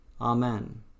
Amen